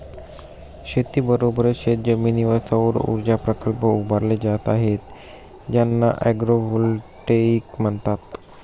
शेतीबरोबरच शेतजमिनीवर सौरऊर्जा प्रकल्प उभारले जात आहेत ज्यांना ॲग्रोव्होल्टेईक म्हणतात